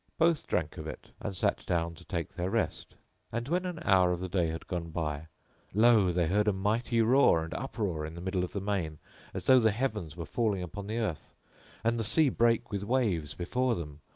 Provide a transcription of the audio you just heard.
both drank of it and sat down to take their rest and when an hour of the day had gone by lo! they heard a mighty roar and uproar in the middle of the main as though the heavens were falling upon the earth and the sea brake with waves before them,